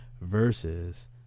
versus